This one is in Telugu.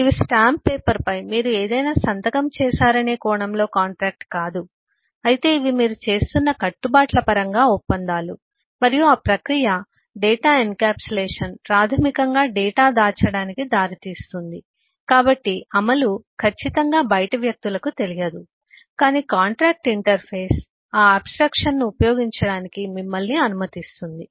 ఇవి స్టాంప్ పేపర్పై మీరు ఏదైనా సంతకం చేశారనే కోణంలో కాంట్రాక్టు కాదు అయితే ఇవి మీరు చేస్తున్న కట్టుబాట్ల పరంగా ఒప్పందాలు మరియు ఆ ప్రక్రియ డేటా ఎన్క్యాప్సులేషన్ ప్రాథమికంగా డేటా దాచడానికి దారితీస్తుంది కాబట్టి అమలు ఖచ్చితంగా బయటి వ్యక్తులకు తెలియదు కానీ కాంట్రాక్టు ఇంటర్ఫేస్ ఆ ఆబ్స్ట్రాక్షన్ ను ఉపయోగించడానికి మిమ్మల్ని అనుమతిస్తుంది